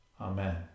Amen